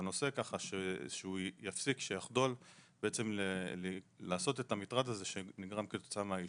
הנושא כך שהוא יפסיק לעשות את המטרד הזה שנגרם כתוצאה מהעישון.